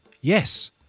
yes